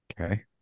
Okay